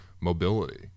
mobility